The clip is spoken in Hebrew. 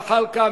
ג'מאל זחאלקה,